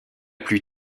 plus